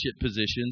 positions